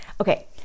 okay